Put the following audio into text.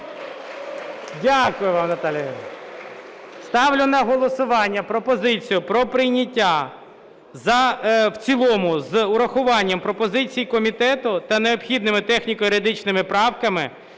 Дякую вам, Наталія Юріївна. Ставлю на голосування пропозицію про прийняття в цілому, з урахуванням пропозицій комітету та необхідними техніко-юридичними правками